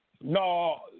No